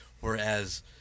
whereas